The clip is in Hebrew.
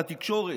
לתקשורת,